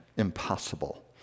impossible